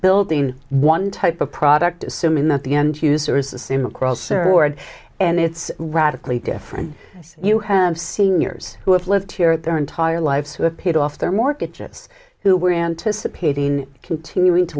building one type of product assuming that the end user is the same across heard and it's radically different you have seniors who have lived here at their entire life who have paid off their mortgages who were anticipating continuing to